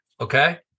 okay